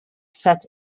set